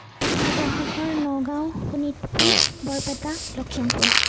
Sivasagar Nagaon Sonitpur Barpeta Lakhimpur